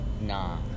Nah